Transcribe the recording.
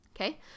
Okay